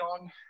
on